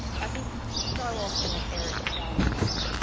i think so often of eric's darling mother,